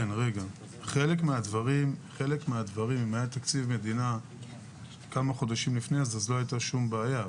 אם היה תקציב מדינה כמה חודשים לפני אז בחלק מהדברים לא הייתה שום בעיה.